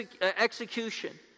execution